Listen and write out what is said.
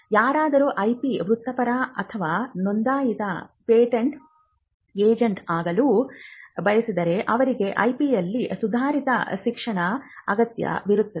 ಯಾರಾದರೂ IP ವೃತ್ತಿಪರ ಅಥವಾ ನೋಂದಾಯಿತ ಪೇಟೆಂಟ್ ಏಜೆಂಟ್ ಆಗಲು ಬಯಸಿದರೆ ಅವರಿಗೆ IP ಯಲ್ಲಿ ಸುಧಾರಿತ ಶಿಕ್ಷಣದ ಅಗತ್ಯವಿರುತ್ತದೆ